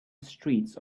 streets